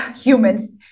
humans